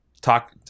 talk